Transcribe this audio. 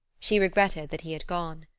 she regretted that he had gone.